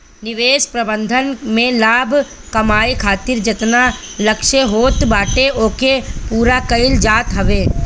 निवेश प्रबंधन में लाभ कमाए खातिर जेतना लक्ष्य होत बाटे ओके पूरा कईल जात हवे